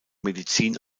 medizin